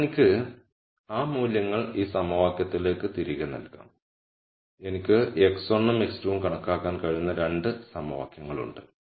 അപ്പോൾ എനിക്ക് ആ മൂല്യങ്ങൾ ഈ സമവാക്യത്തിലേക്ക് തിരികെ നൽകാം എനിക്ക് x1 ഉം x2 ഉം കണക്കാക്കാൻ കഴിയുന്ന 2 സമവാക്യങ്ങളുണ്ട്